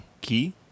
Key